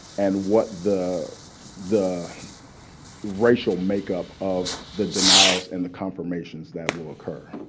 and what the the racial makeup of the denials and the confirmations that will occur.